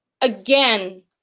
again